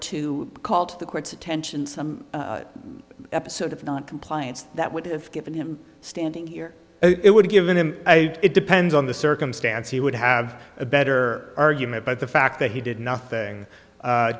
to call to the court's attention some episode of noncompliance that would have given him standing here it would given him i it depends on the circumstance he would have a better argument but the fact that he did nothing